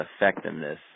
effectiveness